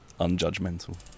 unjudgmental